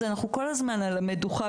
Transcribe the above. אז אנחנו כל הזמן על המדוכה,